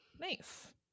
Nice